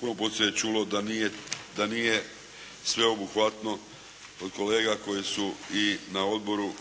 Puno puta se čulo da nije sveobuhvatno, kolega koji su i na odboru